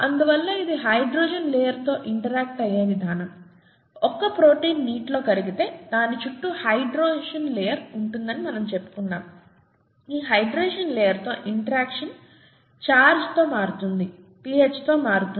అందువల్ల అది hydration layer తో ఇంటరాక్ట్ అయ్యే విధానం ఒక ప్రోటీన్ నీటిలో కరిగితే దాని చుట్టూ హైడ్రేషన్ లేయర్ ఉంటుందని మనము చెప్పుకున్నాము ఆ హైడ్రేషన్ లేయర్ తో ఇంటరాక్షన్ ఛార్జ్తో మారుతుంది pHతో మారుతుంది